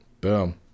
Boom